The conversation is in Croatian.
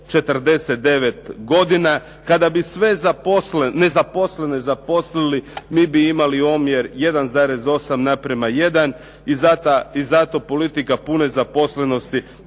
49 godina. Kada bi sve nezaposlene zaposlili mi bi imali omjer 1,8 naprema jedan i zato politika pune zaposlenosti